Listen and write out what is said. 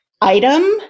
item